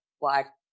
black